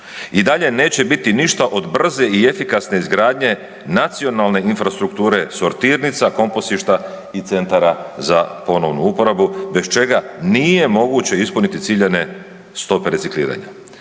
I dalje neće biti ništa od brze i efikasne izgradnje nacionalne infrastrukture sortirnica, kompostišta i centara za ponovnu uporabu bez čega nije moguće ispuniti ciljane stope recikliranja.